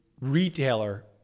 retailer